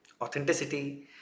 authenticity